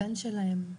הבן שלהם,